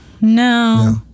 no